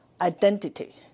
identity